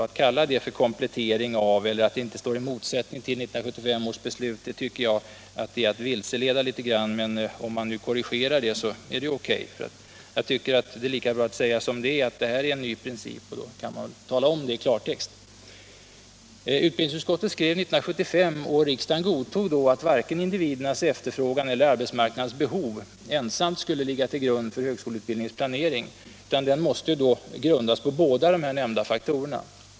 Att kalla det för komplettering av, eller att det inte står i motsättning till, 1975 års beslut är, tycker jag, att vilseleda litet grand, men om man nu korrigerar det så är det O. K. Jag tycker att det är lika bra att säga som det är att det här är en ny princip — man bör tala om det i klartext. Utbildningsutskottet skrev 1975, och riksdagen godtog det, att varken individernas efterfrågan eller arbetsmarknadens behov ensamt kan läggas till grund för högskoleutbildningens planering, utan den måste grundas på båda dessa faktorer.